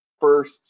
first